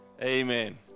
Amen